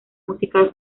musical